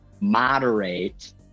moderate